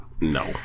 no